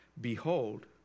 behold